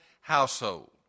household